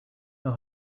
know